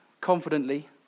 confidently